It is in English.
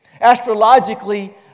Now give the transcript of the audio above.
Astrologically